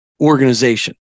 organization